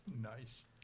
nice